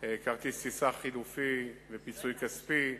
כרטיס טיסה חלופי ופיצוי כספי.